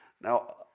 Now